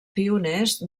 pioners